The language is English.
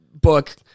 book